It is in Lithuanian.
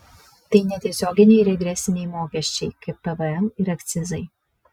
tai netiesioginiai regresiniai mokesčiai kaip pvm ir akcizai